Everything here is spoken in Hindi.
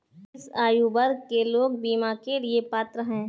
किस आयु वर्ग के लोग बीमा के लिए पात्र हैं?